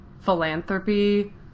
philanthropy